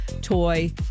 toy